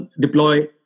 deploy